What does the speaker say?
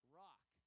rock